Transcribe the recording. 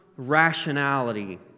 rationality